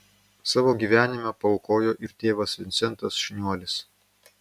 savo gyvenimą paaukojo ir tėvas vincentas šniuolis